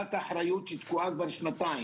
חלוקת אחריות שתקועה כבר שנתיים,